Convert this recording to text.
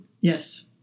yes